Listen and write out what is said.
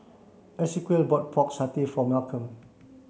Esequiel bought Pork Satay for Malcom